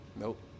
Nope